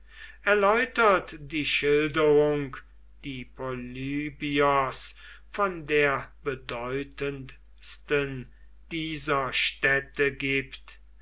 erläutert die schilderung die polybios von der bedeutendsten dieser städte gibt